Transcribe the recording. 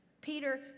Peter